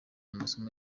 amasomo